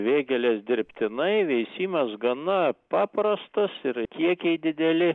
vėgėlės dirbtinai veisimas gana paprastas ir kiekiai dideli